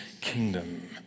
kingdom